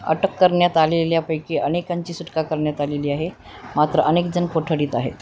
अटक करण्यात आलेल्यापैकी अनेकांची सुटका करण्यात आलेली आहे मात्र अनेकजण कोठडीत आहेत